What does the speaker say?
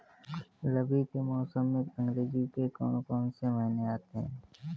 रबी के मौसम में अंग्रेज़ी के कौन कौनसे महीने आते हैं?